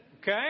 Okay